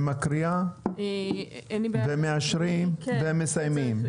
מקריאה ואחר כך מאשרים ומסיימים?